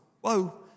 whoa